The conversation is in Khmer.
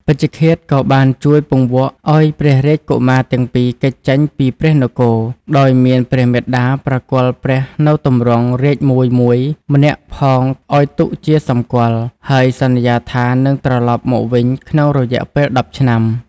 ពេជ្ឈឃាតក៏បានជួយពង្វក់ឱ្យព្រះរាជកុមារទាំងពីរគេចចេញពីព្រះនគរ ដោយមានព្រះមាតាប្រគល់ព្រះនូវទម្រង់រាជ្យមួយៗ ម្នាក់ផងឱ្យទុកជាសម្គាល់ ហើយសន្យាថានឹងត្រឡប់មកវិញក្នុងរយៈពេល ១០ ឆ្នាំ។